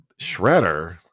Shredder